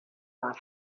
not